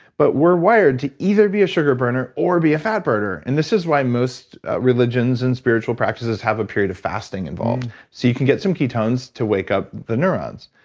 but we're wired to either be a sugar burner or be a fat burner and this is why most religions and spiritual practices have a period of fasting involved. so you can get some ketones to wake up the neurons.